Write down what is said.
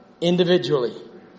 individually